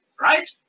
right